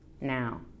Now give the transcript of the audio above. now